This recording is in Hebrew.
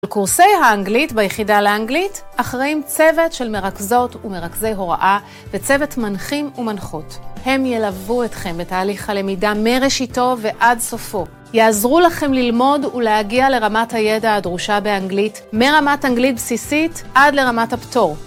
בקורסי האנגלית ביחידה לאנגלית אחראים צוות של מרכזות ומרכזי הוראה וצוות מנחים ומנחות, הם ילוו אתכם בתהליך הלמידה מראשיתו ועד סופו, יעזרו לכם ללמוד ולהגיע לרמת הידע הדרושה באנגלית מרמת אנגלית בסיסית עד לרמת הפטור.